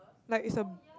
like is a